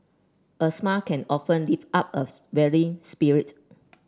a smile can often lift up a weary spirit